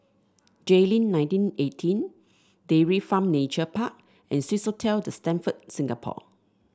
Jayleen Nineteen Eighteen Dairy Farm Nature Park and Swissotel The Stamford Singapore